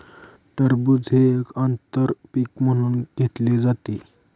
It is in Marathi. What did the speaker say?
टरबूज हे एक आंतर पीक म्हणून घेतले जाते